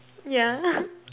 yeah